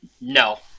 No